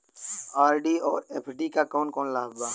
RD और FD क कौन कौन लाभ बा?